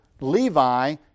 Levi